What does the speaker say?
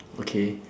okay